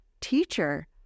Teacher